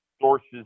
sources